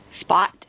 spot